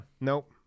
Nope